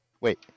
wait